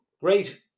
Great